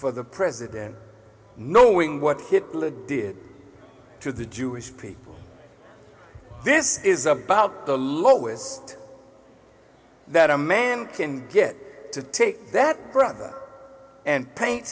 for the president knowing what hitler did to the jewish people this is about the lowest that a man can get to take that brother and paint